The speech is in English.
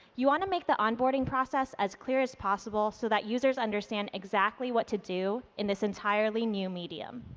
you want to make the onboarding process as clear as possible so that users understand exactly what to do in this entirely new medium.